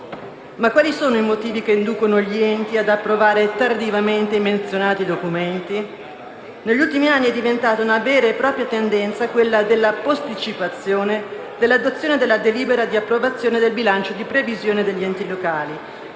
Ma quali sono i motivi che inducono gli enti ad approvare tardivamente i menzionati documenti? Negli ultimi anni è diventata una vera e propria tendenza quella della posticipazione dell'adozione della delibera di approvazione del bilancio di previsione degli enti locali,